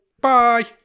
Bye